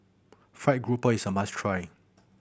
fried grouper is a must try